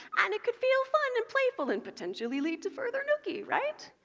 and it can feel fun and playful and potentially lead to further nooky, right?